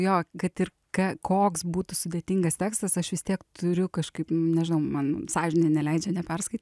jo kad ir ką koks būtų sudėtingas tekstas aš vis tiek turiu kažkaip nežinau man sąžinė neleidžia neperskaity